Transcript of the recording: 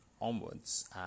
onwards